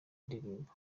ndirimbo